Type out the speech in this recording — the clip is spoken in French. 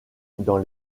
dans